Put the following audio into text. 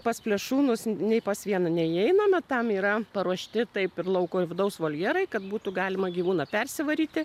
pas plėšrūnus nei pas vieną neįeiname tam yra paruošti taip ir lauko ir vidaus voljerai kad būtų galima gyvūną persivaryti